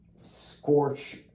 scorch